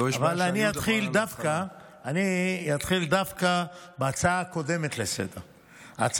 אבל אני אתחיל דווקא בהצעה הקודמת לסדר-היום.